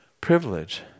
privilege